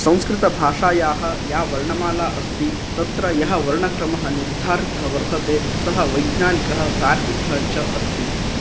संस्कृतभाषायाः या वर्णमाला अस्ति तत्र यः वर्णक्रमः निर्धारित वर्तते सः वैज्ञानिकः तार्किकः च अस्ति